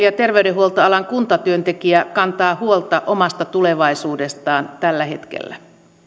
ja terveydenhuoltoalan kuntatyöntekijä kantaa huolta omasta tulevaisuudestaan tällä hetkellä